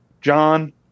John